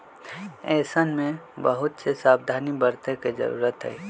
ऐसन में बहुत से सावधानी बरते के जरूरत हई